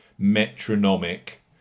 metronomic